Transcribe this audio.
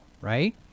right